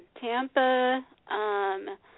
Tampa